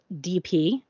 DP